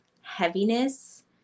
heaviness